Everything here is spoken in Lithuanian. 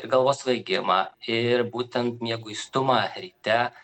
galvos svaigimą ir būtent mieguistumą ryte